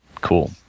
Cool